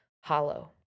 hollow